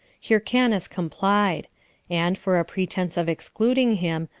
hyrcanus complied and, for a pretense of excluding him,